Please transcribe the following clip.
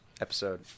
episode